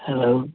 hello